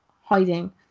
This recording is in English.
hiding